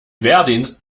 wehrdienst